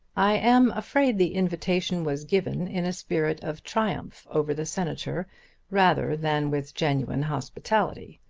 i am afraid the invitation was given in a spirit of triumph over the senator rather than with genuine hospitality.